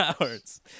hours